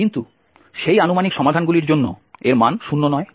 কিন্তু সেই আনুমানিক সমাধানগুলির জন্য এর মান 0 নয়